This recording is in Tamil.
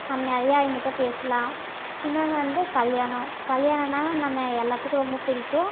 நம்ம நிறைய அவங்க கிட்டே பேசலாம் இன்னொன்று வந்து கல்யாணம் கல்யாணம்ன்னா நம்ம எல்லோத்துக்கும் ரொம்ப பிடிக்கும்